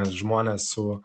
žmonės su